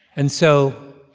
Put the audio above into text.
and so